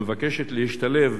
ומבקשת להשתלב